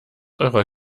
eurer